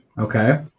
Okay